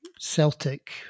Celtic